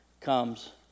comes